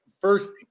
first